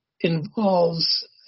involves